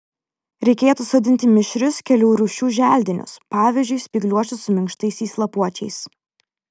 reikėtų sodinti mišrius kelių rūšių želdinius pavyzdžiui spygliuočius su minkštaisiais lapuočiais